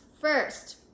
first